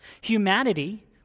Humanity